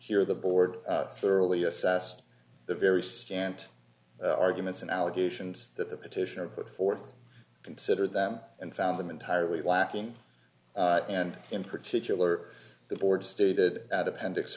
here the board thoroughly assessed the very scant arguments and allegations that the petitioner put forth considered them and found them entirely lacking and in particular the board stated at appendix